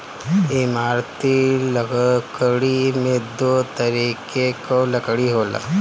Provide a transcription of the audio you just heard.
इमारती लकड़ी में दो तरीके कअ लकड़ी होला